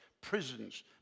prisons